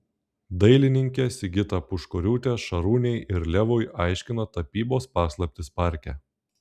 dailininkė sigita puškoriūtė šarūnei ir levui aiškina tapybos paslaptis parke